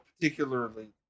particularly